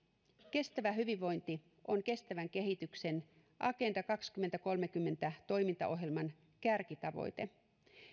kestävä hyvinvointi on kestävän kehityksen agenda kaksituhattakolmekymmentä toimintaohjelman kärkitavoite